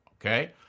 okay